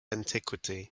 antiquity